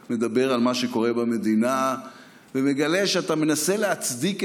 מדבר על מה שקורה במדינה ומגלה שאתה מנסה להצדיק את